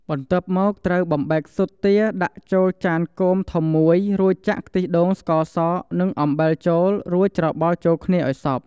បន្ទាប់មកត្រូវបំបែកស៊ុតទាដាក់ចូលចានគោមធំមួយ រួចចាក់ខ្ទិះដូង ស្ករស និងអំបិលចូល រួចច្របល់ចូលគ្នាឲ្យសព្វ។